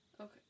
Okay